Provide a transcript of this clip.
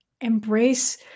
embrace